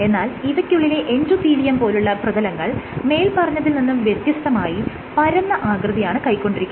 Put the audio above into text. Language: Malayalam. എന്നാൽ ഇവയ്ക്കുള്ളിലെ എൻഡോതീലിയം പോലുള്ള പ്രതലങ്ങൾ മേല്പറഞ്ഞതിൽ നിന്നും വ്യത്യസ്തമായി പരന്ന ആകൃതിയാണ് കൈക്കൊണ്ടിരിക്കുന്നത്